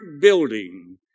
building